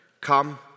come